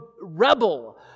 rebel